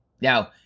Now